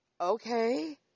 Okay